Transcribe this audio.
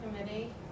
committee